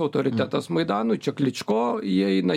autoritetas maidanui čia kličko įeina